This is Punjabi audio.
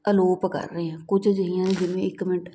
ਅਲੋਪ ਕਰ ਰਹੇ ਹਾਂ ਕੁਝ ਅਜਿਹੀਆਂ ਜਿਵੇਂ ਇੱਕ ਮਿੰਟ